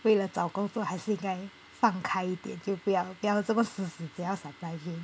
为了找工作还是应该放开一点就不要不要怎么死死只要 supply chain